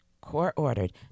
court-ordered